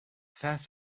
fast